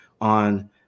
on